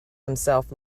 himself